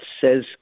says